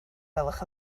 gwelwch